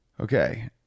Okay